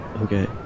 Okay